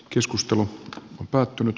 keskustelu on päättynyt